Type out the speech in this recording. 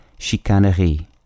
chicanerie